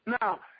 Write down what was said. Now